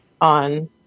on